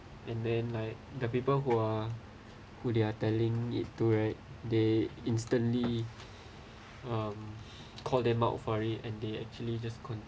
and then like the people who are who they are telling it to right they instantly um call them out furry and they actually just couldn't